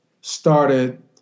started